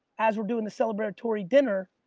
as we're doing the celebratory dinner,